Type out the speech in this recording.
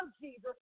Jesus